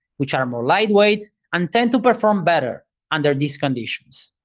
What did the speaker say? which are more lightweight and tend to perform better under these conditions.